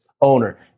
owner